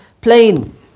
plane